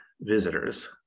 visitors